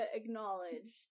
acknowledge